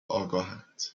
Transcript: آگاهند